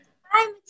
Hi